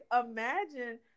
imagine